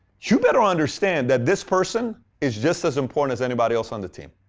you better understand that this person is just as important as anybody else on the team.